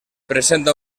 presenta